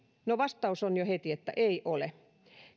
no vastaus on jo heti että ei ole